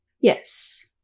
Yes